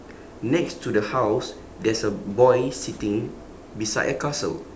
next to the house there's a boy sitting beside a castle